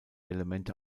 elemente